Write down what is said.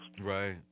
Right